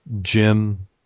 Jim